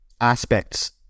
aspects